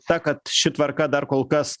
ta kad ši tvarka dar kol kas